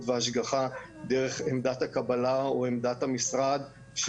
וההשגחה דרך עמדת הקבלה או עמדת המשרד,